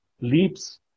leaps